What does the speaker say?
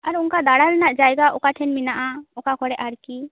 ᱟᱨ ᱚᱱᱠᱟ ᱫᱟᱬᱟᱱ ᱨᱮᱱᱟᱜ ᱡᱟᱭᱜᱟ ᱚᱠᱟ ᱴᱷᱮᱱ ᱢᱮᱱᱟᱜᱼᱟ ᱚᱠᱟ ᱠᱚᱨᱮ ᱟᱨᱠᱤ